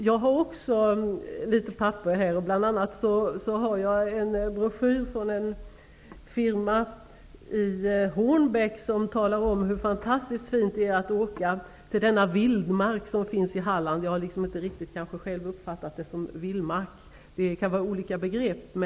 Jag har litet papper här, bl.a. en broschyr från en firma i Hornbæk, vari man talar om hur fantastiskt fint det är att åka till den vildmark som finns i Halland. Jag har själv inte riktigt uppfattat det såsom vildmark; begreppet kan ha olika betydelse.